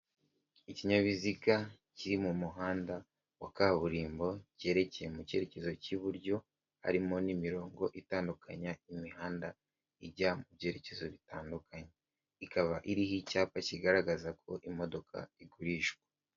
Ikinyabiziga kiri mu muhanda wa kaburimbo, cyerekeye mu cyerekezo cy'iburyo, harimo n'imirongo itandukanya imihanda ijya mu byerekezo bitandukanye, ikaba iriho icyapa kigaragaza ko imodoka igurishwa.